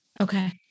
Okay